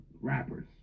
rappers